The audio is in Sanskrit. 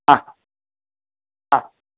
हा हा